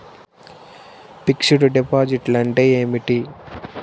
Fixed డిపాజిట్లు అంటే ఏమిటి?